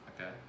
Okay